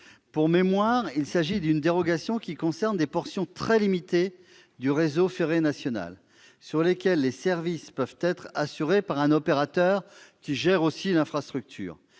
le redis, il s'agit d'une dérogation qui concerne des portions très limitées du réseau ferré national, sur lesquelles les services peuvent être assurés par un opérateur qui gère aussi l'infrastructure.